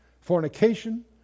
fornication